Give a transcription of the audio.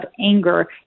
anger